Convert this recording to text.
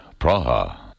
Praha